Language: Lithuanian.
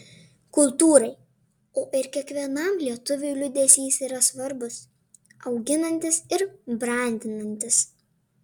kultūrai o ir kiekvienam lietuviui liūdesys yra svarbus auginantis ir brandinantis